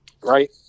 right